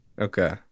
Okay